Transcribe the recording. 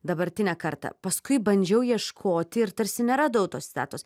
dabartinę kartą paskui bandžiau ieškoti ir tarsi neradau tos citatos